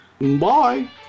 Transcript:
Bye